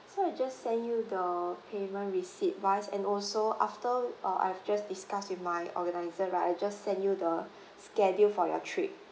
so I you just send you the payment receipt wise and also after uh I've just discuss with my organizer right I just send you the schedule for your trip